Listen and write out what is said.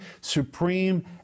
supreme